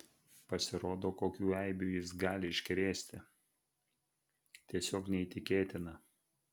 pasirodo kokių eibių jis gali iškrėsti tiesiog neįtikėtina